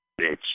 bitch